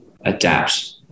adapt